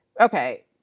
okay